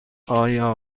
آیا